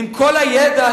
עם כל הידע,